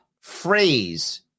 phrase